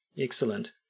Excellent